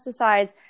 pesticides